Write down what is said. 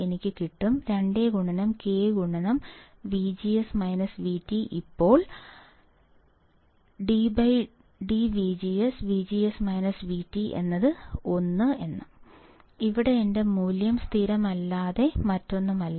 എനിക്ക് കിട്ടും 2K ഇപ്പോൾ ddVGS 1 0 ഇവിടെ എന്റെ മൂല്യം സ്ഥിരമല്ലാതെ മറ്റൊന്നുമല്ല